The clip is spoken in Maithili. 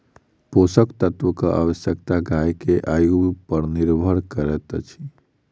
पोषक तत्वक आवश्यकता गाय के आयु पर निर्भर करैत अछि